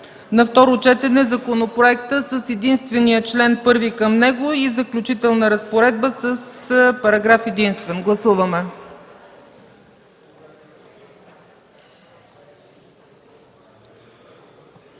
на второ четене законопроекта с единствения член към него и Заключителна разпоредба с параграф единствен. Гласували